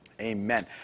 Amen